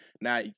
Now